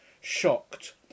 shocked